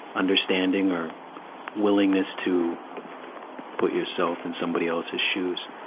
understanding or willingness to put yourself in somebody else's shoes.